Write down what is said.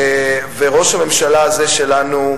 וראש הממשלה הזה שלנו,